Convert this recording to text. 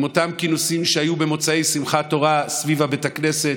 עם אותם כינוסים שהיו במוצאי שמחת תורה סביב בית הכנסת,